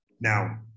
Now